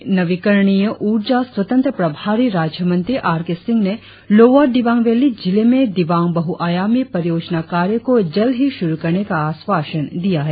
केंद्रीय बिजली एवं नई और नवीकरणीय उर्जा स्वतंत्र प्रभारी राज्य मंत्री आर के सिंह ने लोअर दिवांग वैली जिले में दिवांग बहुआयामी परियोजना कार्य को जल्द ही शुरु करने का आश्वासन दिया है